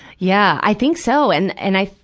yeah. i think so. and, and i,